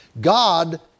God